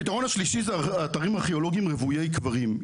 הפתרון השלישי זה אתרים ארכיאולוגיים רוויי קברים.